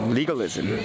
legalism